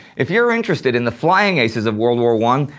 if you are interested in the flying aces of world war one,